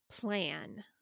plan